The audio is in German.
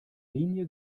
linie